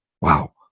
wow